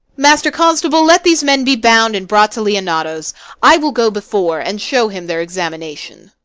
master constable, let these men be bound, and brought to leonato's i will go before and show him their examination.